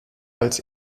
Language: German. als